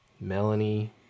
Melanie